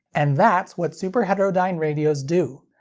and that's what superheterodyne radios do.